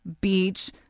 beach